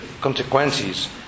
consequences